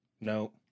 no